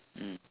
mm